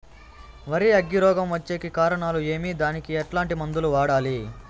వరి అగ్గి రోగం వచ్చేకి కారణాలు ఏమి దానికి ఎట్లాంటి మందులు వాడాలి?